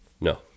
No